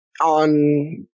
on